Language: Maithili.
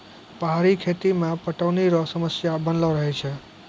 पहाड़ी खेती मे पटौनी रो समस्या बनलो रहै छै